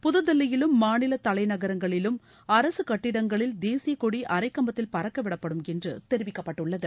புதுதில்லியிலும் மாநில தலைநகரங்களிலும் அரசு கட்டிடங்களில் தேசியக் கொடி அரை கம்பத்தில் பறக்கவிடப்படும் என்று தெரிவிக்கப்பட்டுள்ளது